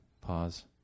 pause